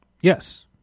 Yes